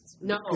No